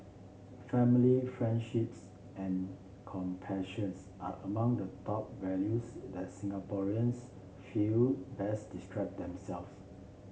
family friendships and compassion are among the top values that Singaporeans feel best describe themselves